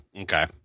okay